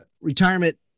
retirement